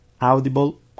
Audible